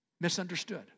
Misunderstood